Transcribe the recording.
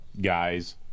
guys